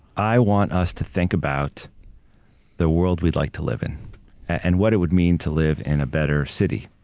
i want us to think about the world we'd like to live in and what it would mean to live in a better city,